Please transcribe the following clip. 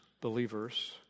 believers